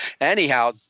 anyhow